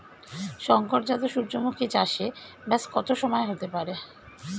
শংকর জাত সূর্যমুখী চাসে ব্যাস কত সময় হতে পারে?